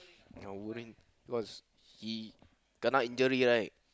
ah Wolverine cause he kena injury right